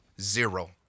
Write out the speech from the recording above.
zero